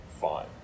fine